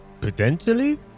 Potentially